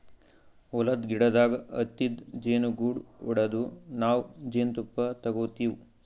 ಹೊಲದ್ದ್ ಗಿಡದಾಗ್ ಹತ್ತಿದ್ ಜೇನುಗೂಡು ಹೊಡದು ನಾವ್ ಜೇನ್ತುಪ್ಪ ತಗೋತಿವ್